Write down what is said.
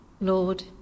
Lord